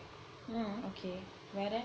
okay well then